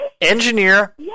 engineer